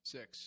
Six